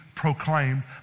proclaimed